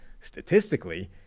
statistically